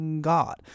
God